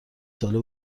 ساله